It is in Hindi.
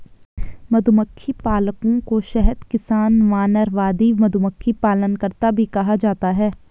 मधुमक्खी पालकों को शहद किसान, वानरवादी, मधुमक्खी पालनकर्ता भी कहा जाता है